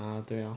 ah 对 lor